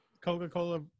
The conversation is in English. coca-cola